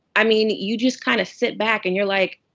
i mean, you just kind of sit back, and you're, like,